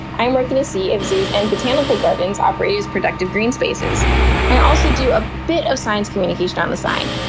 i'm working to see if zoos and botanical gardens operate as productive green spaces. and i also do a bit of science communication on the side.